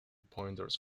pointers